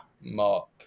Mark